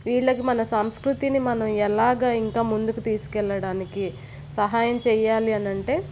వీళ్ళకి మన సంస్కృతిని మనం ఎలాగ ఇంకా ముందుకు తీసుకెళ్లడానికి సహాయం చెయ్యాలి అనంటే